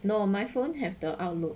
no my phone have the outlook